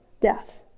death